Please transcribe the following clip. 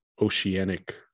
oceanic